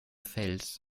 fels